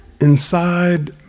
Inside